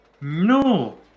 no